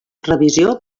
revisió